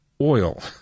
oil